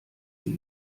sie